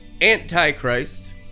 antichrist